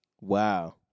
Wow